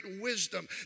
wisdom